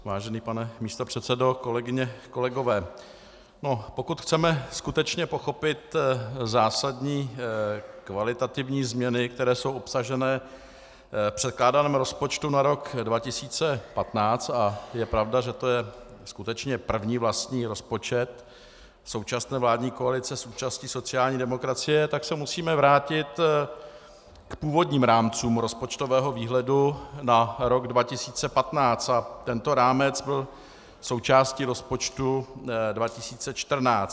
Vážený pane místopředsedo, kolegyně, kolegové, pokud chceme skutečně pochopit zásadní kvalitativní změny, které jsou obsažené v předkládaném rozpočtu na rok 2015, a je pravda, že to je skutečně první vlastní rozpočet současné vládní koalice s účastí sociální demokracie, tak se musíme vrátit k původním rámcům rozpočtového výhledu na rok 2015, tento rámec byl součástí rozpočtu 2014.